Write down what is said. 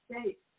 States